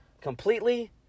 completely